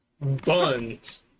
Buns